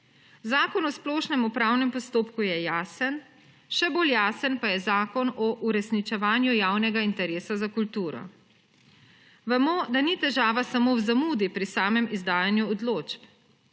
Zakon o splošnem upravnem postopku je jasen, še bolj jasen pa je Zakon o uresničevanju javnega interesa za kulturo. Vemo, da ni težava samo v zamudi pri samem izdajanju odločb.